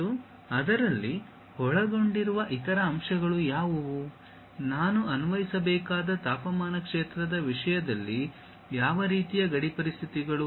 ಮತ್ತು ಅದರಲ್ಲಿ ಒಳಗೊಂಡಿರುವ ಇತರ ಅಂಶಗಳು ಯಾವುವು ನಾನು ಅನ್ವಯಿಸಬೇಕಾದ ತಾಪಮಾನ ಕ್ಷೇತ್ರದ ವಿಷಯದಲ್ಲಿ ಯಾವ ರೀತಿಯ ಗಡಿ ಪರಿಸ್ಥಿತಿಗಳು